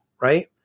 right